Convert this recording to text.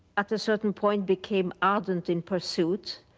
at a certain point, became ardent in pursuit.